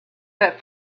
that